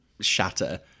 shatter